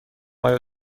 آیا